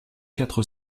quatre